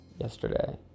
yesterday